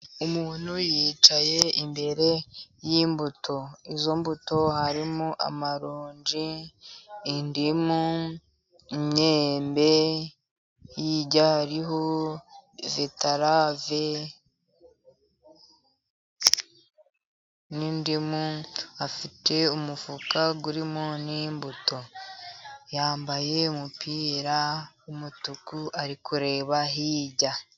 Umuntu yicaye imbere y'imbuto. Izo mbuto harimo amaronji, indimu, imyembe, hirya hariho beterave n'indimu, afite umufuka urimo n'imbuto, yambaye umupira w'umutuku, ari kureba hirya.